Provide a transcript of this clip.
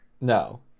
no